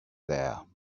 there